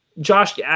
Josh